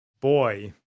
boy